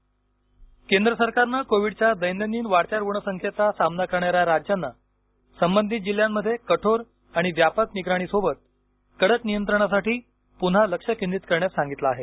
Covid राष्ट्रीय केंद्र सरकारनं कोविडच्या दैनंदिन वाढत्या रुग्णसंख्येचा सामना करणाऱ्या राज्यांना संबंधित जिल्ह्यांमध्ये कठोर आणि व्यापक निगराणीसोबत कडक नियंत्रणासाठी पुन्हा लक्ष केंद्रित करण्यास सांगितलं आहे